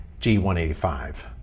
G185